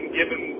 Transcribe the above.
given